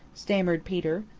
stammered peter.